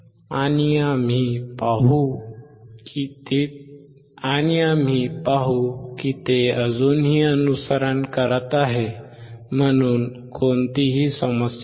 आणि आम्ही पाहू की ते अजूनही अनुसरण करत आहे म्हणून कोणतीही समस्या नाही